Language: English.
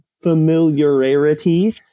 familiarity